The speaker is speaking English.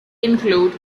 include